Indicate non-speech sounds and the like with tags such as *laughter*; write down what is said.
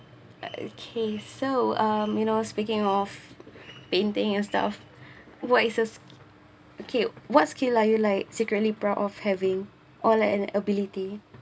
okay so um you know speaking of painting and stuff *breath* what is a okay what's skill are you like secretly proud of having or like an ability